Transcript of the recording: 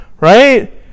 right